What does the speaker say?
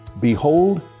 Behold